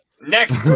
Next